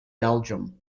belgium